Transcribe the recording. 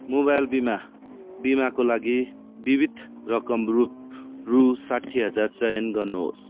mobile बिमा बिमाको लागि बिमित रकम रु साठी हजार चयन गर्नुहोस्